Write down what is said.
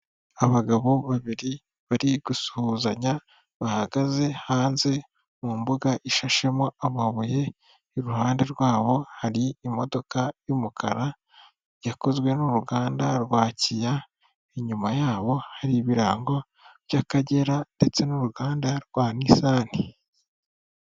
Abagabo babiri bari gusuhuzanya, bahagaze hanze, mu mbuga ishashemo amabuye, iruhande rwabo hari imodoka y'umukara, yakozwe n'uruganda rwa KIA, inyuma yabo hari ibirango by'Akagera, ndetse n'uruganda rwa Nissan.